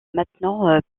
maintenant